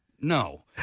No